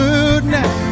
Goodness